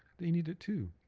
they need it too.